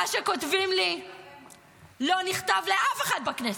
מה שכותבים לי לא נכתב לאף אחד בכנסת.